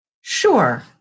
Sure